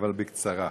אבל בקצרה.